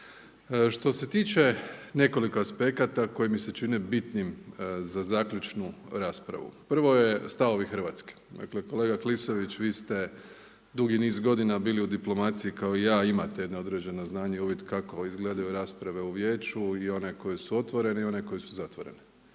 Što se tiče nekoliko aspekata koji mi se čine bitnim za zaključnu raspravu. Prvo je stavovi Hrvatske. Dakle, kolega Klisović vi ste dugi niz godina bili u diplomaciji kao i ja i imate jedno određeno znanje i uvid kako izgledaju rasprave u vijeću i one koje su otvorene i one koje su zatvorene.